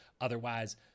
otherwise